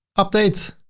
update.